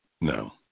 No